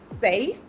safe